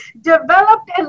developed